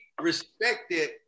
respected